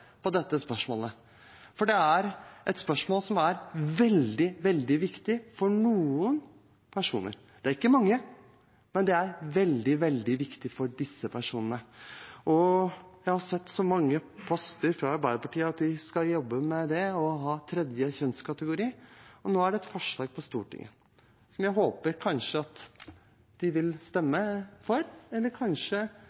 på dette spørsmålet. For det er et spørsmål som er veldig, veldig viktig for noen personer. Det er ikke mange, men det er veldig, veldig viktig for disse personene. Jeg har sett så mange poster fra Arbeiderpartiet om at de skal jobbe med det å ha en tredje kjønnskategori, og nå er det forslag på Stortinget om dette. Jeg håper de kanskje vil stemme for eller argumentere for hvorfor de